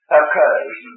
occurs